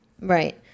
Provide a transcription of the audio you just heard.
Right